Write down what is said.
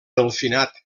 delfinat